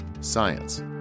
science